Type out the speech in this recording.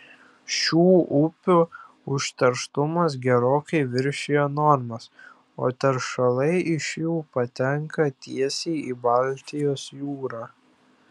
šių upių užterštumas gerokai viršija normas o teršalai iš jų patenka tiesiai į baltijos jūrą